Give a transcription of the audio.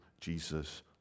Jesus